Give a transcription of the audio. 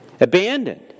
abandoned